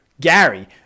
Gary